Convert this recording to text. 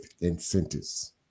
incentives